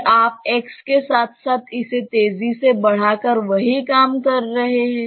फिर आप x के साथ साथ इसे तेजी से बढ़ाकर वही काम कर रहे हैं